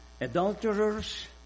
Adulterers